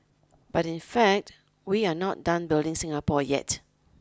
but in fact we are not done building Singapore yet